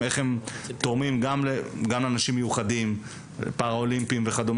תרומה ועבודה עם ספורט פרלימפי ועוד,